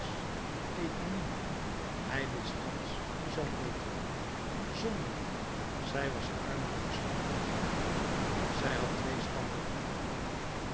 eponine hij wist thans hoe zij heette zonderling zij was armer en schooner geworden zij had twee stappen gedaan